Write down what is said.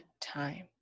time